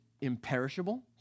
imperishable